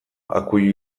akuilu